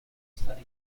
study